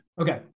Okay